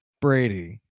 Brady